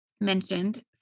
mentioned